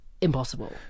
impossible